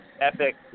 epic